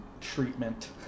treatment